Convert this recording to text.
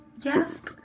Yes